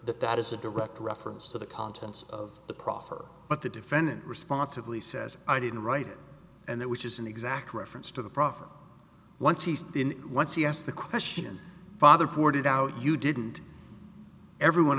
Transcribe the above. that that is a direct reference to the contents of the proffer but the defendant responsibly says i didn't write it and that which is an exact reference to the prophet once he's been once he asked the question father poured it out you didn't everyone